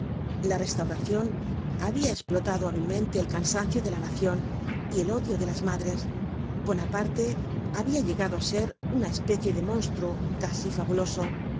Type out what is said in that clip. la restauracion habia esplotado hábilmente el cansancio de la nacion y el odio de las madres bonaparte habia llegado á ser una especie de monstruo casi fabuloso